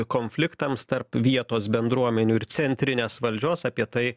konfliktams tarp vietos bendruomenių ir centrinės valdžios apie tai